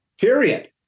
Period